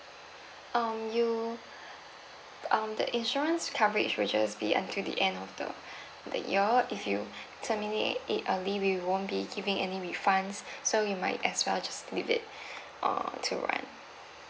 um you um the insurance coverage will just be until the end of the the year if you terminate it early we won't be giving any refunds so you might as well just leave it uh to run